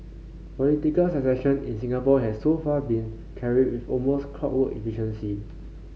political succession in Singapore has so far been carried with almost clockwork efficiency